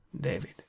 David